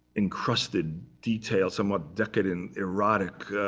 encrusted detail, somewhat decadent, erotic,